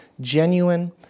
genuine